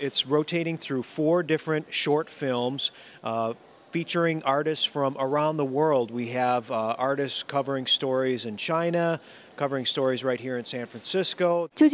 it's rotating through four different short films featuring artists from around the world we have artists covering stories in china covering stories right here in san francisco t